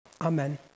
Amen